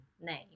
name